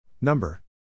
Number